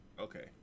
okay